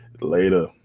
later